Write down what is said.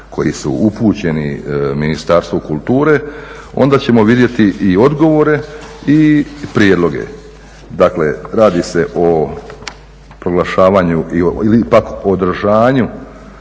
koji su upućeni Ministarstvu kulture, onda ćemo vidjeti i odgovore i prijedloge. Dakle, radi se o proglašavanju ili pak …